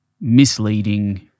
misleading